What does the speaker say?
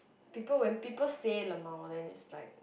people when people say lmao then is like